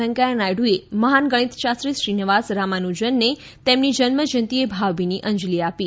વેંકૈયા નાયડુએ મહાન ગણિતશાસ્ત્રી શ્રીનિવાસ રામાનુજનને તેમની જન્મ જ્યંતિએ ભાવભીની અંજલી આપી